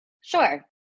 Sure